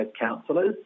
councillors